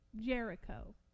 Jericho